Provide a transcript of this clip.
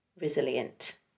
resilient